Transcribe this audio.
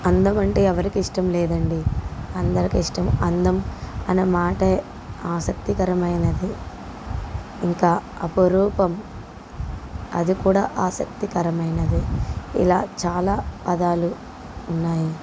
అందం అంటే ఎవరికి ఇష్టం లేదండి అందరికి ఇష్టం అందం అనమాటే ఆసక్తికరమైనది ఇంకా అపురూపం అది కూడా ఆసక్తికరమైనదే ఇలా చాలా పదాలు ఉన్నాయి